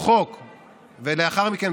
ולאחר מכן,